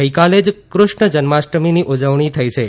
ગઇકાલે જ કૃષ્ણ જન્માષ્ટમીની ઉજવણી થઇ છે